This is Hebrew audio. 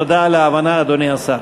תודה על ההבנה, אדוני השר.